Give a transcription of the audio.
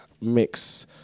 Mix